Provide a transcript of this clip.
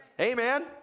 Amen